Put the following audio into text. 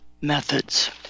methods